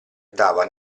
dava